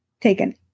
taken